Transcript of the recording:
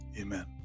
Amen